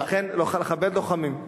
לכן, לכבד לוחמים.